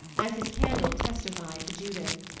as his candle testified to judith.